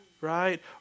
Right